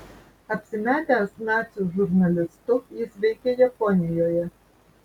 apsimetęs nacių žurnalistu jis veikė japonijoje